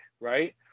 right